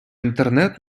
інтернет